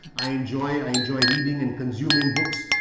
i enjoy i enjoy reading and consuming books.